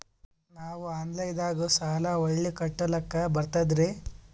ನಾವು ಆನಲೈನದಾಗು ಸಾಲ ಹೊಳ್ಳಿ ಕಟ್ಕೋಲಕ್ಕ ಬರ್ತದ್ರಿ?